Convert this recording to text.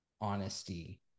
honesty